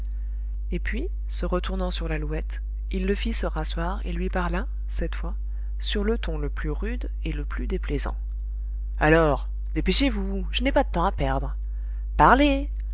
et puis se retournant sur lalouette il le fit se rasseoir et lui parla cette fois sur le ton le plus rude et le plus déplaisant alors dépêchez-vous je n'ai pas de temps à perdre parlez